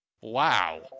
wow